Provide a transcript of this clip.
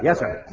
yes, sir.